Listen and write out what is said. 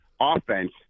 offense